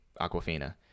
Aquafina